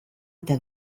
eta